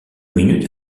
minutes